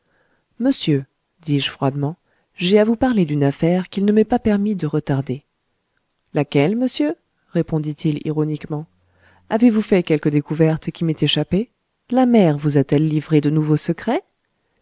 monsieur dis-je froidement j'ai à vous parler d'une affaire qu'il ne m'est pas permis de retarder laquelle monsieur répondit-il ironiquement avez-vous fait quelque découverte qui m'ait échappé la mer vous a-t-elle livré de nouveaux secrets